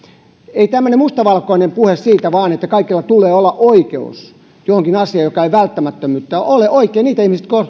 ei tämmöinen mustavalkoinen puhe vain siitä että kaikilla tulee olla oikeus johonkin asiaan joka ei ole välttämättömyyttä ole oikein niitä ihmisiä